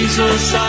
Jesus